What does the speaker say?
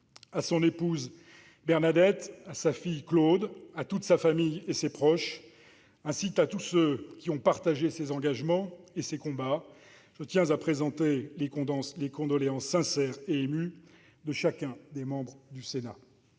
À son épouse Bernadette, à sa fille Claude, à toute sa famille et à ses proches, ainsi qu'à tous ceux qui ont partagé ses engagements et ses combats, je tiens à présenter les condoléances sincères et émues de chacun des membres du Sénat.